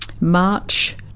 March